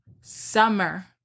Summer